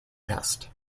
test